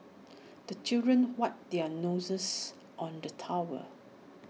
the children wipe their noses on the towel